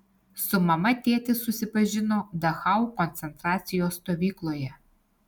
su mama tėtis susipažino dachau koncentracijos stovykloje